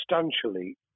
substantially